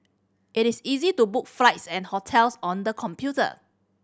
it is easy to book flights and hotels on the computer